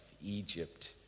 Egypt